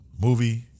movie